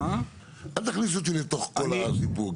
לתוך כל הסיפור,